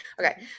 Okay